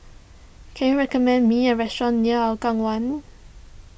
can you recommend me a restaurant near Hougang one